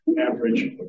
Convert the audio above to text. average